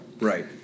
right